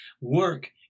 Work